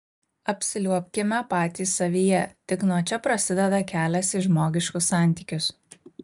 apsiliuobkime patys savyje tik nuo čia prasideda kelias į žmogiškus santykius